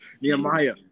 Nehemiah